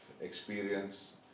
experience